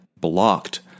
blocked